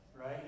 right